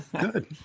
good